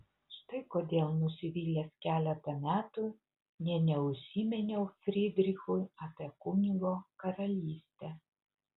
štai kodėl nusivylęs keletą metų nė neužsiminiau frydrichui apie kunigo karalystę